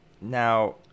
Now